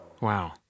Wow